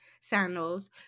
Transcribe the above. sandals